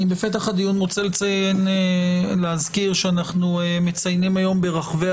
בפתח הדיון אני רוצה להזכיר שאנחנו מציינים היום ברחבי